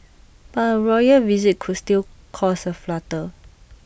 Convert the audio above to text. but A royal visit could still cause A flutter